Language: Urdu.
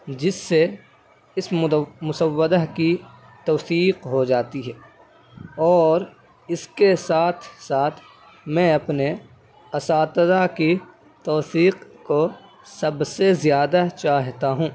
جس سے اس مسودہ کی توفیق ہو جاتی ہے اور اس کے ساتھ ساتھ میں اپنے اساتذہ کی توثیق کو سب سے زیادہ چاہتا ہوں